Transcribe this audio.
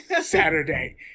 Saturday